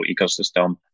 ecosystem